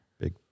big